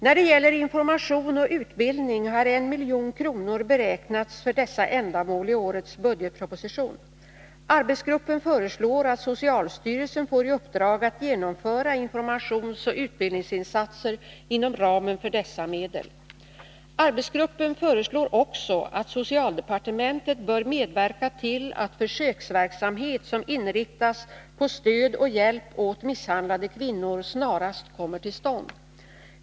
När det gäller information och utbildning har 1 milj.kr. beräknats för dessa ändamål i årets budgetproposition. Arbetsgruppen föreslår att socialstyrelsen får i uppdrag att genomföra informationsoch utbildningsinsatser inom ramen för dessa medel. Arbetsgruppen föreslår också att socialdepartementet bör medverka till att försöksverksamhet som inriktas på stöd och hjälp åt misshandlade kvinnor snarast kommer till stånd.